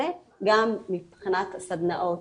זה גם מבחינת סדנאות,